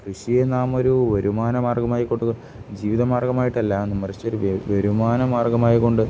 കൃഷിയെ നാം ഒരു വരുമാന മാർഗമായി കൊടുക്കുക ജീവിത മാർഗ്ഗമായിട്ടല്ല എന്ന് മറിച്ചു ഒരു വരുമാന മാർഗ്ഗമായി കൊണ്ട്